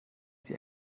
sie